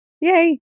Yay